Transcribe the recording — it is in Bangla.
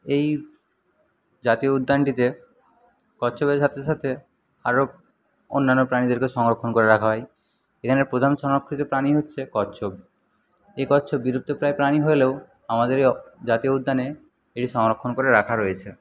এই জাতীয় উদ্যানটিতে কচ্ছপের সাথে সাথে আরও অন্যান্য প্রাণীদেরকে সংরক্ষণ করে রাখা হয় এখানে প্রধান সংরক্ষিত প্রাণী হচ্ছে কচ্ছপ এই কচ্ছপ বিলুপ্তপ্রায় প্রাণী হলেও আমাদের জাতীয় উদ্যানে এটি সংরক্ষণ করে রাখা হয়েছে